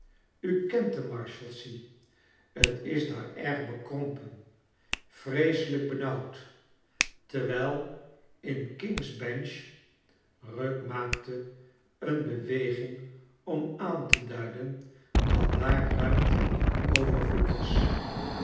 u kent de marshalsea t is laar erg bekrompen vreeselijk bexiauwd terwijl in king's bench rugg maakte een beweging om aan te duiden dat daar ruimte in overadoed was